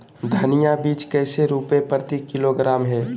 धनिया बीज कैसे रुपए प्रति किलोग्राम है?